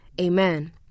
Amen